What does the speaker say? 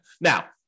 Now